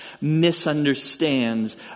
misunderstands